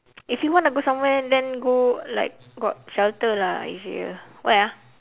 if you want to go somewhere then go like got shelter lah easier where ah